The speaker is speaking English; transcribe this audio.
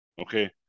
okay